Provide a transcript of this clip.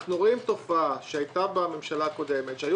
אנחנו רואים תופעה שהיתה בממשלה הקודמת שהיו